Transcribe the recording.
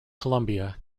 columbia